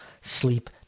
sleep